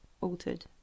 Altered